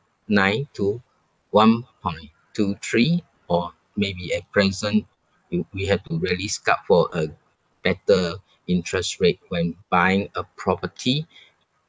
nine to one point two three or maybe at present you we have to really scout for a better interest rate when buying a property